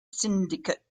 syndicate